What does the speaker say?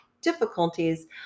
difficulties